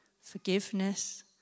forgiveness